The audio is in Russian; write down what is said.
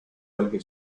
ольгой